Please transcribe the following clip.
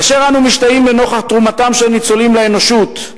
כאשר אנחנו משתאים לנוכח תרומתם של הניצולים לאנושות,